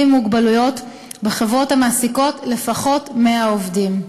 עם מוגבלויות בחברות המעסיקות לפחות 100 עובדים.